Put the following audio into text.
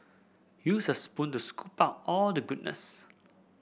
use a spoon to scoop out all the goodness